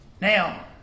Now